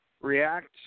React